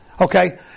Okay